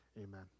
Amen